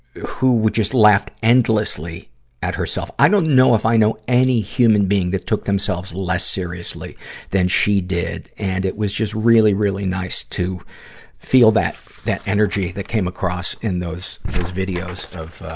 who would just laugh endlessly at herself. i don't know if i know any human being that took themselves less seriously than she did. and, it was just really, really nice to feel that, that energy that came across in those, those videos of, ah,